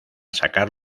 sacar